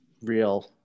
real